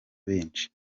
benshi